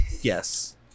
Yes